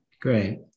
Great